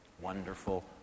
Wonderful